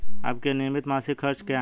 आपके नियमित मासिक खर्च क्या हैं?